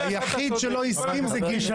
היחיד שלא הסכים זה גינזבורג.